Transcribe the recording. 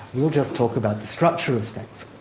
we'll just talk about the structure of things.